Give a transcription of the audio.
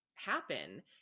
happen